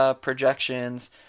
projections